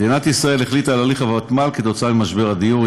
מדינת ישראל החליטה על הליך הוותמ"ל בשל משבר הדיור.